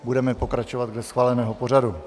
Budeme pokračovat dle schváleného pořadu.